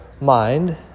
mind